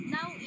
Now